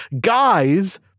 guys